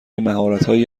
مهارتهایی